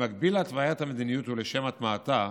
במקביל להתוויית המדיניות, ולשם הטמעתה,